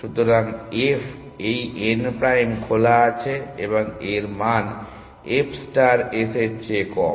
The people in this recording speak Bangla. সুতরাং f এই n প্রাইম খোলা আছে এবং এর মান f ষ্টার s এর চেয়ে কম